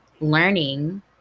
learning